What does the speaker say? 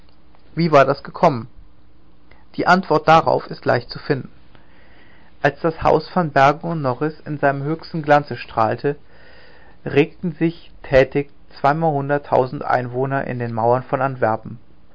wie war das gekommen die antwort darauf ist leicht zu finden als das haus van bergen und norris in seinem höchsten glanze strahlte regten sich tätig zweimalhunderttausend einwohner in den mauern von